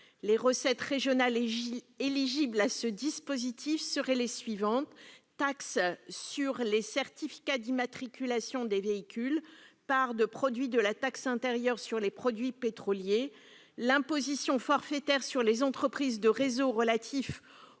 Les recettes régionales éligibles à ce dispositif seraient les suivantes : la taxe sur les certificats d'immatriculation des véhicules ; la part de produit de la taxe intérieure sur les produits pétroliers ; l'imposition forfaitaire sur les entreprises de réseaux relative